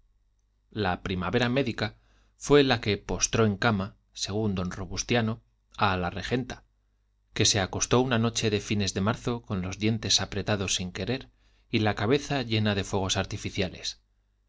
la primavera médica fue la que postró en cama según don robustiano a la regenta que se acostó una noche de fines de marzo con los dientes apretados sin querer y la cabeza llena de fuegos artificiales